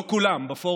לא כולם בפורום,